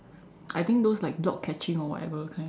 I think those like block catching or whatever kind